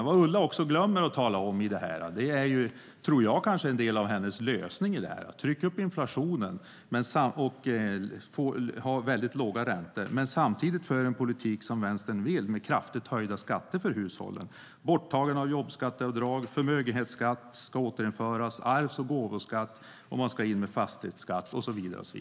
Vad Ulla glömmer att tala om är det som jag tror är en del av hennes lösning: Tryck upp inflationen och ha väldigt låga räntor! Samtidigt är det en politik som Vänstern vill ha, med kraftigt höjda skatter för hushållen, borttagande av jobbskatteavdrag, återinförande av förmögenhetsskatt, arvs och gåvoskatt, fastighetsskatt och så vidare.